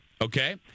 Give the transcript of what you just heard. Okay